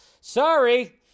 Sorry